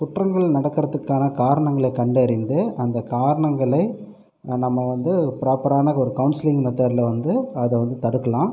குற்றங்கள் நடக்கறத்துக்கான காரணங்களை கண்டறிந்து அந்த காரணங்களை நம்ம வந்து ப்ராப்பரான ஒரு கவுன்ஸ்லிங் மெத்தட்டில் வந்து அதை வந்து தடுக்கலாம்